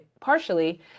partially